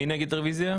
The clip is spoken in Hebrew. מי נגד רביזיה?